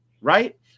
right